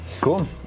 Cool